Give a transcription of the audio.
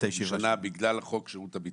שנה בגלל חוק שירות הביטחון,